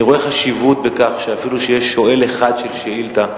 אני רואה חשיבות בכך שאפילו שיש שואל אחד של שאילתא,